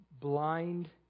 blind